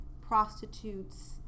prostitutes